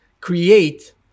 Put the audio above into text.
create